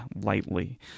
lightly